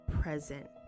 present